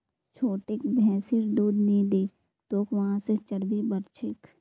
छोटिक भैंसिर दूध नी दी तोक वहा से चर्बी बढ़ छेक